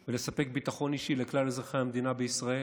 זה לספק ביטחון אישי לכלל אזרחי המדינה בישראל,